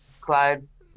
Clyde's